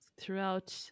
throughout